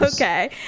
Okay